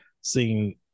seeing